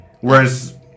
whereas